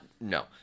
No